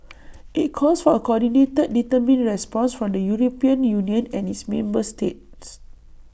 IT calls for A coordinated determined response from the european union and its member states